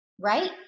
right